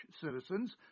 citizens